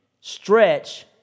stretch